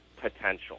potential